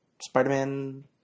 Spider-Man